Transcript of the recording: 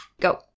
Go